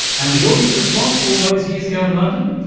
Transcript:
and the audience response all those years ago in london?